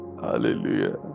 Hallelujah